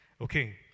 okay